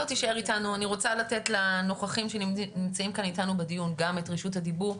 אני רוצה לתת לנוכחים שנמצאים איתנו כאן בדיון גם את רשות הדיבור.